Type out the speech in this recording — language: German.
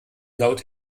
laut